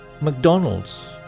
McDonald's